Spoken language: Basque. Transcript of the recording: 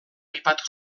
aipatu